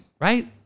Right